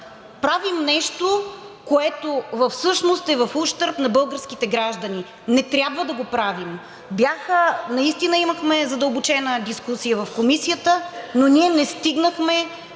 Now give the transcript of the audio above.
правим нещо, което всъщност е в ущърб на българските граждани. Не трябва да го правим. Наистина имахме задълбочена дискусия в Комисията, но ние не стигнахме